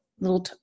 little